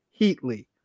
Heatley